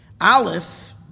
Aleph